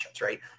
right